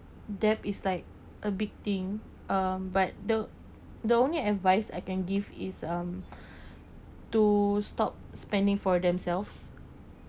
debt is like a big thing uh but the the only advice I can give is um to stop spending for themselves